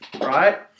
right